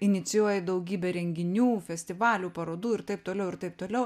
inicijuoji daugybę renginių festivalių parodų ir taip toliau ir taip toliau